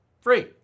free